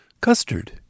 Custard